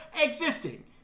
existing